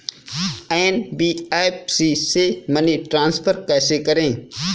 NBFC से money transfer कैसे करें?